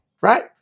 right